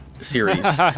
series